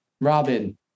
Robin